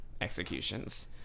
executions